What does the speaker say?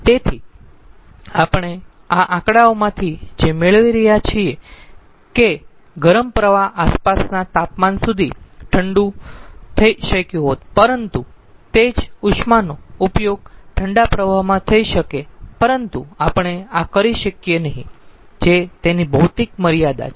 તેથી આપણે આ આંકડામાંથી જે મેળવી રહ્યા છીએ કે ગરમ પ્રવાહ આસપાસના તાપમાન સુધી ઠંડુ થઈ શક્યું હોત પરંતુ તે જ ઉષ્માનો ઉપયોગ ઠંડા પ્રવાહમાં થઈ શકે પરંતુ આપણે આ કરી શકીયે નહીં જે તેની ભૌતિક મર્યાદા છે